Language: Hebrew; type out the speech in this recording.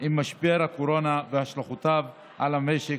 עם משבר הקורונה והשלכותיו על המשק